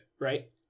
right